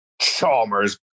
chalmers